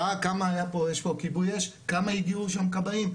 יש פה כיבוי אש, כמה הגיעו לשם כבאים?